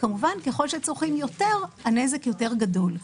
כמובן שככל שצורכים יותר כך הנזק גדול יותר.